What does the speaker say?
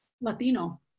Latino